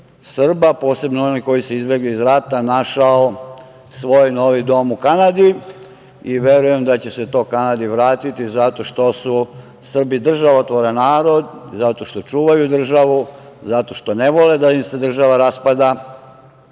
Srba, posebno onih koji su izbegli iz rata, našao svoj novi dom u Kanadi. Verujem da će se to Kanadi vratiti, zato što su Srbi državotvoran narod, zato što čuvaju državu, zato što ne vole da im se država raspada,